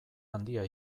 handia